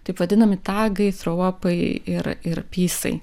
taip vadinami tagai fropai ir ir pysai